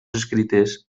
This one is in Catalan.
escrites